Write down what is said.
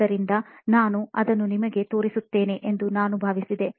ಆದ್ದರಿಂದ ನಾನು ಅದನ್ನು ನಿಮಗೆ ತೋರಿಸುತ್ತೇನೆ ಎಂದು ನಾನು ಭಾವಿಸಿದೆ